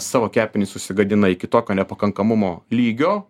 savo kepinis susigadina iki tokio nepakankamumo lygio